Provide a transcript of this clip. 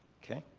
okay.